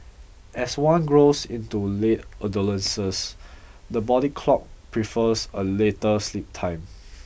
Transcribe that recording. as one grows into late adolescence the body clock prefers a later sleep time